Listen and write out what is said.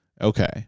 Okay